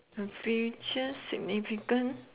future significant